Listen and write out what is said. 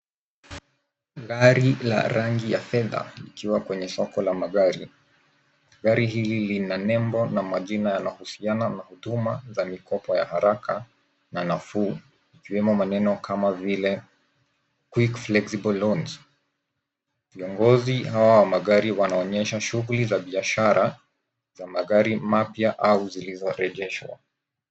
Gari la rangi ya fedha likiwa kwenye soko la magari. Gari hili lina nembo na majina yanahusiana na huduma za mikopo ya haraka na nafuu ikiwemo maneno kama vile quick flexible loans . Viongozi hawa wa magari wanaonyesha shughuli za biashara za magari mapya au zilizorejeshwa.